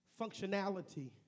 functionality